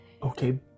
Okay